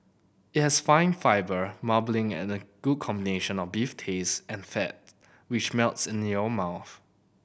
it has fine fibre marbling and a good combination of beef taste and fat which melts in your mouth